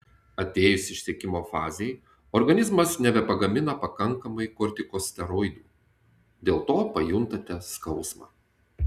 atėjus išsekimo fazei organizmas nebepagamina pakankamai kortikosteroidų dėl to pajuntate skausmą